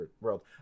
world